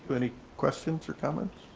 but any questions or comments?